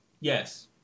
Yes